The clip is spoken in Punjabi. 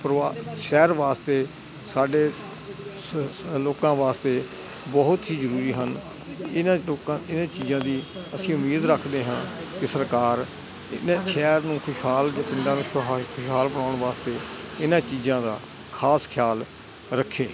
ਪਰੋਆ ਸ਼ਹਿਰ ਵਾਸਤੇ ਸਾਡੇ ਲੋਕਾਂ ਵਾਸਤੇ ਬਹੁਤ ਹੀ ਜ਼ਰੂਰੀ ਹਨ ਇਹਨਾਂ ਲੋਕਾਂ ਇਹਨਾਂ ਚੀਜ਼ਾਂ ਦੀ ਅਸੀਂ ਉਮੀਦ ਰੱਖਦੇ ਹਾਂ ਕਿ ਸਰਕਾਰ ਇਹਨਾਂ ਸ਼ਹਿਰ ਨੂੰ ਖੁਸ਼ਹਾਲ ਅਤੇ ਪਿੰਡਾਂ ਬਣਾਉਣ ਵਾਸਤੇ ਇਹਨਾਂ ਚੀਜ਼ਾਂ ਦਾ ਖ਼ਾਸ ਖਿਆਲ ਰੱਖੇ